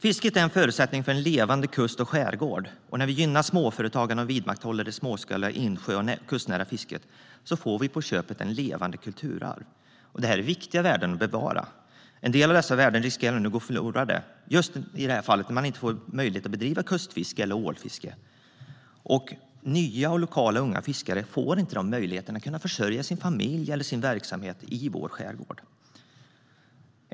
Fisket är en förutsättning för en levande kust och skärgård. När vi gynnar småföretagande och vidmakthåller det småskaliga insjö och kustnära fisket får vi ett levande kulturarv på köpet. Det är viktiga värden att bevara. En del av dessa värden riskerar nu att gå förlorade, om man inte får möjlighet att bedriva kustfiske eller ålfiske. Nya och lokala unga fiskare får inte möjligheten att kunna försörja sin familj på att ha sin verksamhet i vår skärgård.